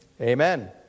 Amen